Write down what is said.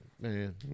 man